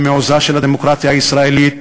במעוזה של הדמוקרטיה הישראלית,